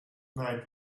night